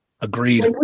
Agreed